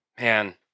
man